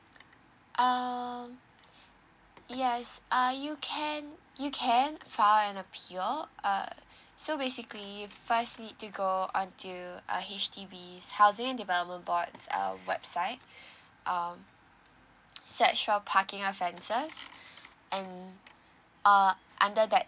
um yes uh you can you can file an appeal uh so basically first you need to go onto uh H_D_B housing and development board's uh website um search for parking offences and uh under that